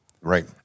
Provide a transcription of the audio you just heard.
Right